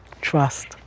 Trust